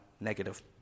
negative